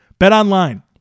BetOnline